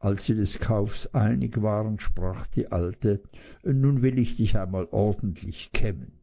als sie des kaufs einig waren sprach die alte nun will ich dich einmal ordentlich kämmen